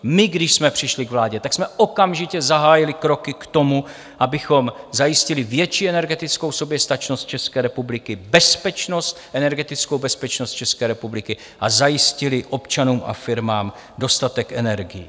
My když jsme přišli k vládě, tak jsme okamžitě zahájili kroky k tomu, abychom zajistili větší energetickou soběstačnost České republiky, bezpečnost energetickou bezpečnost České republiky, a zajistili občanům a firmám dostatek energií.